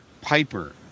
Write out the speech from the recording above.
Piper